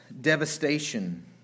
devastation